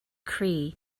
cree